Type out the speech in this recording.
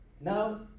Now